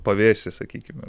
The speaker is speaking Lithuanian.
pavėsį sakykime